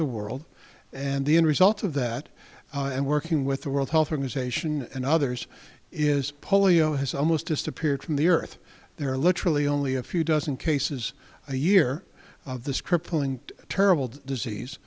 the world and the end result of that and working with the world health organization and others is polio has almost disappeared from the earth there are literally only a few dozen cases a year of this crippling terrible disease